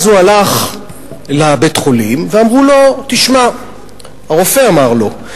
הוא הלך לבית-חולים והרופא אמר לו: